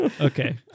Okay